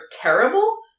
terrible